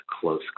close